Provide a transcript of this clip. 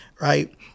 Right